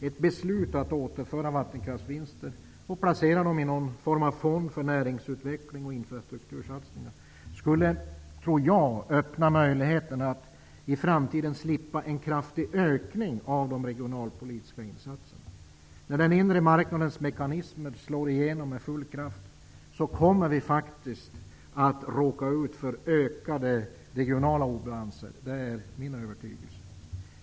Ett beslut att återföra vattenkraftsvinster och placera dem i fonder för näringslivsutveckling och infrastruktursatsningar skulle, tror jag, öppna möjligheterna att i framtiden slippa en kraftig ökning av de regionalpolitiska insatserna. När den inre marknadens mekanismer slår igenom med full kraft, kommer vi faktiskt att råka ut för ökade regionala obalanser. Det är jag övertygad om.